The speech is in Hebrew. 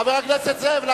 חבר הכנסת זאב,